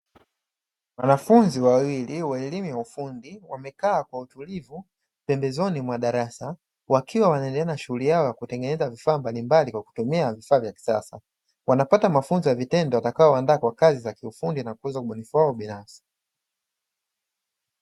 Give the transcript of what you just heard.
Wanafunzi wawili wa elimu ya ufundi wamekaa kwa utulivu pembezoni mwa darasa, wakiwa wanaendelea na shughuli yao ya kutengeneza vifaa mbalimbali kwa kutumia vifaa vya kisasa. Wanapata mafunzo ya vitendo yatakayowaandaa kwa kazi za kiufundi na kukuza ubunifu wao binafsi.